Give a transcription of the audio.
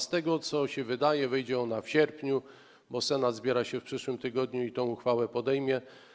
Z tego, co się wydaje, wejdzie w sierpniu, bo Senat zbiera się w przyszłym tygodniu i tę uchwałę podejmie.